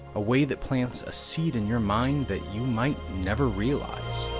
a way that plants a seed in your mind that you might never realise.